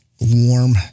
warm